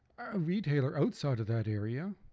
a retailer outside of that area,